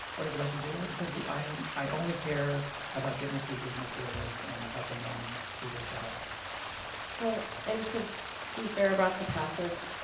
what did you like to do? like i said, we i'm i only care about getting the teachers and materials and helping them do their jobs well and to be fair about the process,